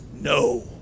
no